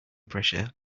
pressure